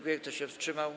Kto się wstrzymał?